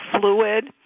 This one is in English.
fluid